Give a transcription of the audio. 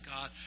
God